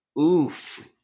oof